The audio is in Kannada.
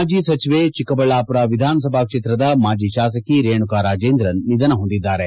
ಮಾಜಿ ಸಚಿವೆ ಚಿಕ್ಕಬಳ್ಳಾಪುರ ವಿಧಾನಸಭಾ ಕ್ಷೇತ್ರದ ಮಾಜಿ ಶಾಸಕಿ ರೇಣುಕಾ ರಾಜೇಂದ್ರನ್ ನಿಧನ ಹೊಂದಿದ್ದಾರೆ